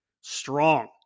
strong